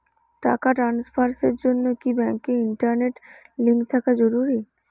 টাকা ট্রানস্ফারস এর জন্য কি ব্যাংকে ইন্টারনেট লিংঙ্ক থাকা জরুরি?